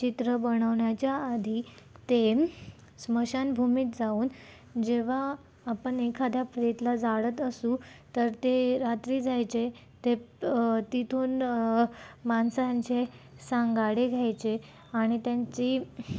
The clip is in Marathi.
चित्र बनवण्याच्या आधी ते स्मशानभूमीत जाऊन जेव्हा आपण एखाद्या प्रेताला जाळत असू तर ते रात्री जायचे ते तिथून माणसांचे सांगाडे घ्यायचे आणि त्यांची